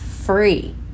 free